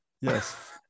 Yes